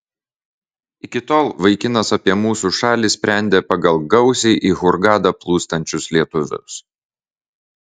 iki tol vaikinas apie mūsų šalį sprendė pagal gausiai į hurgadą plūstančius lietuvius